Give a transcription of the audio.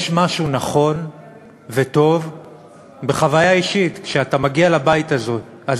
יש משהו נכון וטוב בחוויה האישית כשאתה מגיע לבית הזה